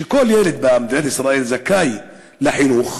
כל ילד במדינת ישראל זכאי לחינוך,